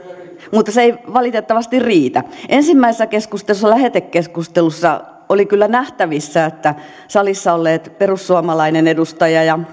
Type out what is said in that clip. mutta se ei valitettavasti riitä että ensimmäisessä keskustelussa lähetekeskustelussa oli kyllä nähtävissä että salissa olleet perussuomalainen edustaja ja